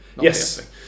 yes